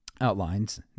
outlines